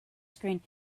screen